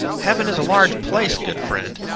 heaven is a large place, good friend.